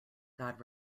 god